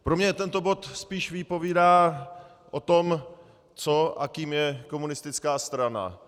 Pro mě tento bod spíš vypovídá o tom, co a kým je komunistická strana.